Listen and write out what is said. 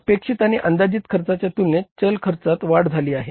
अपेक्षित आणि अंदाजित खर्चाच्या तुलनेत चल खर्च्यात वाढ झाली आहे